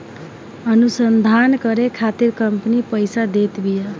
अनुसंधान करे खातिर कंपनी पईसा देत बिया